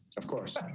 of course,